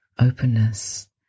openness